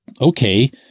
okay